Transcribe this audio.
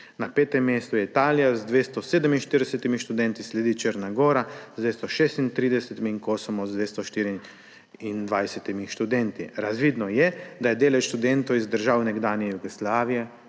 Na petem mestu je Italija z 247 študenti, sledi Črna gora z 236 in Kosovo z 224 študenti. Razvidno je, da je delež študentov iz držav nekdanje Jugoslavije